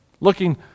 looking